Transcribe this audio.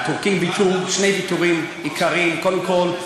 הטורקים ויתרו שני ויתורים עיקריים: קודם כול,